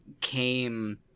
came